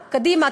קדימה,